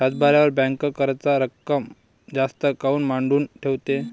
सातबाऱ्यावर बँक कराच रक्कम जास्त काऊन मांडून ठेवते?